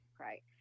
right